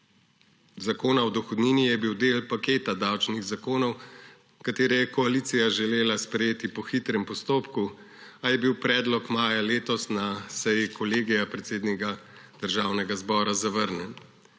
Zakona o dohodnini je bil del paketa davčnih zakonov, ki jih je koalicija želela sprejeti po hitrem postopku, a je bil predlog maja letos na seji Kolegija predsednika Državnega zbora zavrnjen.